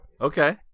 Okay